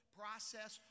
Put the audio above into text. process